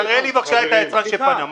תראה לי בבקשה את היצרן שפנה.